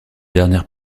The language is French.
dernière